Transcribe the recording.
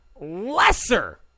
lesser